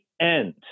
end